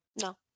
No